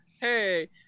Hey